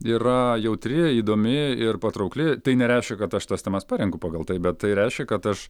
yra jautri įdomi ir patraukli tai nereiškia kad aš tas temas parenku pagal tai bet tai reiškia kad aš